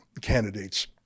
candidates